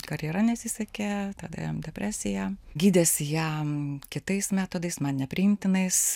karjera nesisekė tada jam depresija gydėsi jam kitais metodais man nepriimtinais